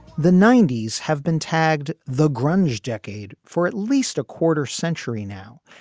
the ninety s have been tagged the grunge decade for at least a quarter century now,